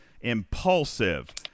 impulsive